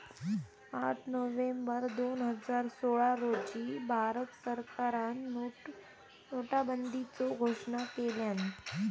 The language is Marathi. आठ नोव्हेंबर दोन हजार सोळा रोजी भारत सरकारान नोटाबंदीचो घोषणा केल्यान